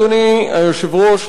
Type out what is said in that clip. אדוני היושב-ראש,